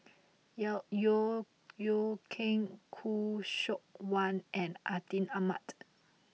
Yeo Yeow Kwang Khoo Seok Wan and Atin Amat